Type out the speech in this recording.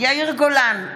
יאיר גולן,